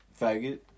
faggot